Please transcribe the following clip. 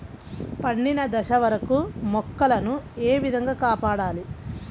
పండిన దశ వరకు మొక్కల ను ఏ విధంగా కాపాడాలి?